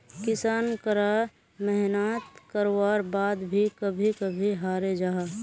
किसान करा मेहनात कारवार बाद भी कभी कभी हारे जाहा